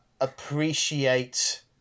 appreciate